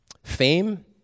Fame